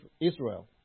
Israel